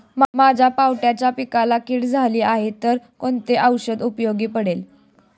माझ्या पावट्याच्या पिकाला कीड झाली आहे तर कोणते औषध उपयोगी पडेल?